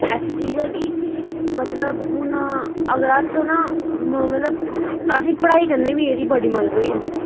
ऐसी चीज़ ऐ की मतलब हून अगर अस ना मतलब असेंगी पढ़ाई कन्नै बी एह्दी बड़ी मदद होई जंदी